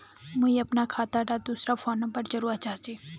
मुई अपना खाता डात दूसरा फोन नंबर जोड़वा चाहची?